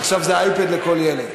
עכשיו זה אייפד לכל ילד.